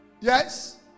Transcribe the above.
Yes